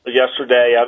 yesterday